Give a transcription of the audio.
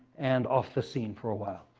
and off the scene for a while.